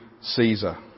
Caesar